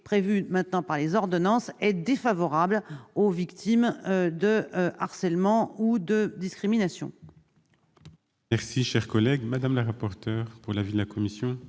prévu par les ordonnances est défavorable aux victimes de harcèlement ou de discrimination.